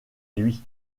lui